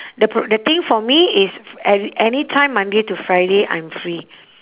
the pro~ the thing for me is ever~ anytime monday to friday I'm free